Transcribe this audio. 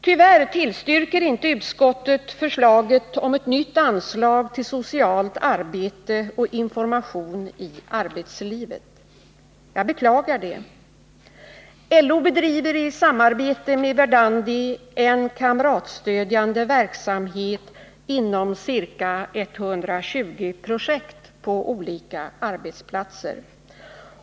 Tyvärr tillstyrker inte utskottet förslaget om ett nytt anslag till socialt arbete och information i arbetslivet. Jag beklagar det. LO bedriver i samarbete med 39 Verdandi en kamratstödjande verksamhet inom ca 120 projekt på olika arbetsplatser.